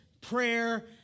prayer